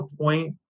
point